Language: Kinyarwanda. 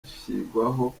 hashyirwaho